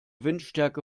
windstärke